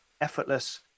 effortless